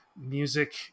music